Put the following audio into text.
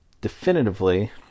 definitively